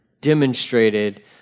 demonstrated